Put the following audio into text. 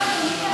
אדוני,